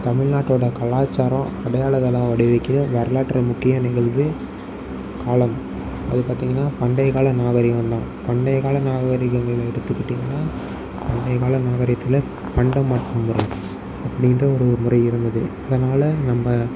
தமிழ்நாட்டோட கலாச்சாரம் அடையாளம் இதெல்லாம் வரலாற்று முக்கிய நிகழ்வு காலம் அது பார்த்திங்கன்னா பண்டைய கால நாகரீகம் தான் பண்டைய கால நாகரீகங்கள் எடுத்துக்கிட்டிங்கன்னால் பண்டைய கால நாகரீகத்தில் பண்டமாற்று முறை அப்படின்ற ஒரு முறை இருந்தது அதனால் நம்ம